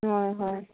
হয় হয়